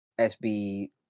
SB